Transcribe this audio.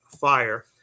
fire